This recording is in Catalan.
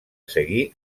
seguir